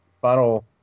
final